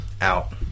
Out